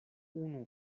unu